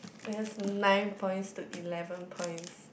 they has nine points to eleven points